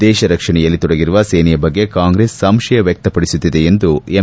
ದೇಶ ರಕ್ಷಣೆಯಲ್ಲಿ ತೊಡಗಿರುವ ಸೇನೆಯ ಬಗ್ಗೆ ಕಾಂಗ್ರೆಸ್ ಸಂಶಯ ವ್ಲಕ್ಷಪಡಿಸುತ್ತಿದೆ ಎಂದು ಎಂ